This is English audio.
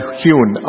hewn